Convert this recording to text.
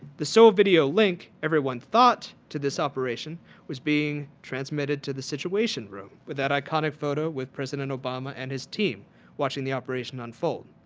the so video link everyone thought to this operation was being transmitted to the situation room with that iconic photo with president obama and his team watching operation unfold.